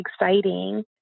exciting